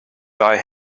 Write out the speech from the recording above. die